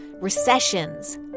recessions